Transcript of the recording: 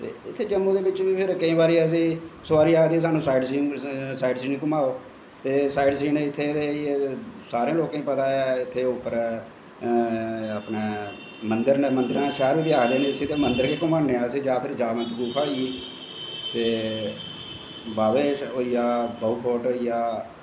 ते इत्थें जम्मू दे बिच्च बी केंई बारी असेंगी शैह्री आखदे स्हानू साईड घुमाओ ते साईड सीन इत्थें ते सारें लोकें गी पता ऐ इत्थें उप्पर मन्गर नै मन्गरें दा शैह्र बी आखदे नै इसी इत्थें ते मन्गर गै घुमानें आं जां फिर गुफा होई ते बाह्वे होइया बहुफोर्होट होइया